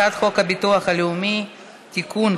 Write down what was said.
הצעת חוק הביטוח הלאומי (תיקון,